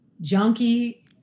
junkie